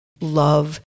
love